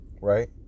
Right